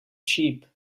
sheep